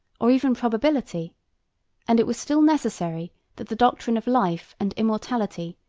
or even probability and it was still necessary that the doctrine of life and immortality,